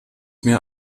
mehr